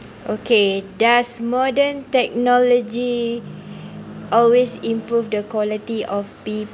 okay does modern technology always improve the quality of